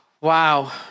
Wow